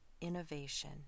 innovation